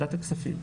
ועדת הכספים.